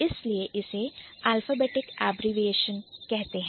इसलिए इसे Alphabetic Abbreviation कहते हैं